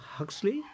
Huxley